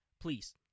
please